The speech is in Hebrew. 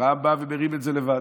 אברהם בא ומרים את זה לבד.